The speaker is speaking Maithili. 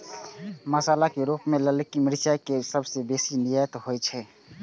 मसाला के रूप मे ललकी मिरचाइ के सबसं बेसी निर्यात होइ छै